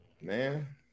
Man